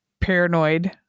paranoid